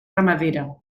ramadera